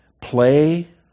play